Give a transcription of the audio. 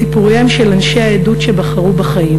לסיפוריהם של אנשי העדות שבחרו בחיים,